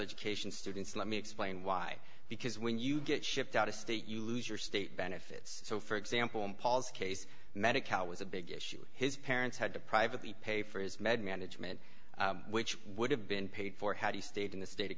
education students let me explain why because when you get shipped out of state you lose your state benefits so for example in paul's case medicare was a big issue his parents had to privately pay for his med management which would have been paid for how the state in the state of